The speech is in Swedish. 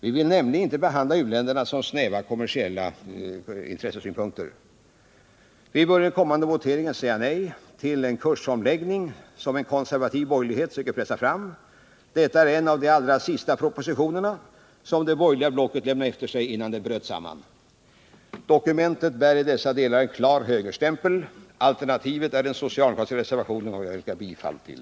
Vi vill inte behandla u-länderna med utgångspunkt i snäva kommersiella intressen. Vi bör i den kommande voteringen säga nej till en kursomläggning, som en konservativ borgerlighet söker pressa fram. Detta är en av de allra sista propositionerna som det borgerliga blocket lämnade efter sig innan det bröt samman. Dokumentet bär i dessa delar en klar högerstämpel. Alternativet är de socialdemokratiska reservationerna, som jag yrkar bifall till.